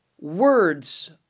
words